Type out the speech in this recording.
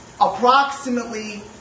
Approximately